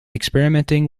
experimenting